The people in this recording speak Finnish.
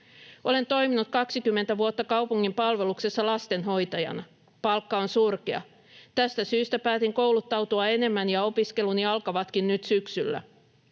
Olen toiminut 20 vuotta kaupungin palveluksessa lastenhoitajana. Palkka on surkea. Tästä syystä päätin kouluttautua enemmän, ja opiskeluni alkavatkin nyt syksyllä.